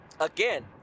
Again